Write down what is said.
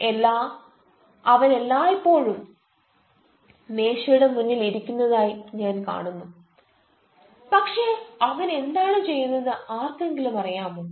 എല്ലാ അവൻ എല്ലായ്പ്പോഴും മേശയുടെ മുന്നിൽ ഇരിക്കുന്നതായി ഞാൻ കാണുന്നു പക്ഷേ അവൻ എന്താണ് ചെയ്യുന്നതെന്ന് ആർക്കെങ്കിലും അറിയാമോ